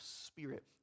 Spirit